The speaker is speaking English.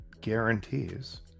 guarantees